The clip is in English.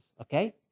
Okay